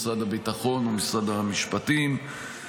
משרד הביטחון ומשרד המשפטים.